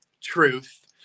truth